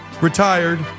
retired